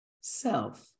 self